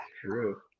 true